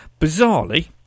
bizarrely